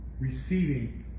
receiving